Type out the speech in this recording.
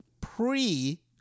pre